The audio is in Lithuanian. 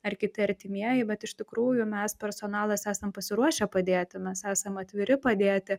ar kiti artimieji bet iš tikrųjų mes personalas esam pasiruošę padėti mes esam atviri padėti